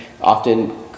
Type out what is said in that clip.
often